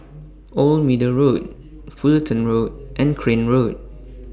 Old Middle Road Fullerton Road and Crane Road